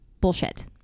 bullshit